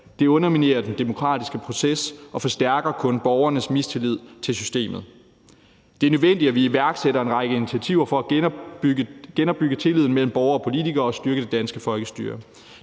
Det underminerer den demokratiske proces og forstærker kun borgernes mistillid til systemet. Det er nødvendigt, at vi iværksætter en række initiativer for at genopbygge tilliden mellem borgere og politikere og styrke det danske folkestyre.